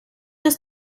dass